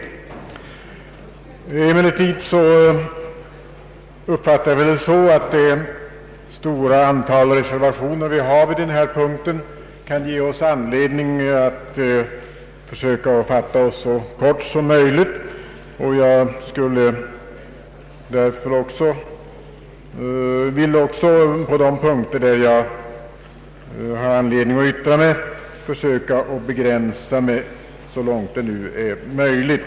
Jag har emellertid uppfattat det stora antalet reservationer som en anledning för oss att försöka fatta oss kort, och på de punkter där jag ämnar yttra mig vill jag försöka begränsa mig så långt det nu är möjligt.